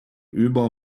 über